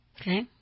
Okay